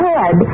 Head